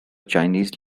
chinese